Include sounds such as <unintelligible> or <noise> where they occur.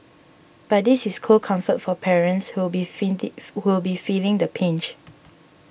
but this is cold comfort for parents who'll be <unintelligible> who'll be feeling the pinch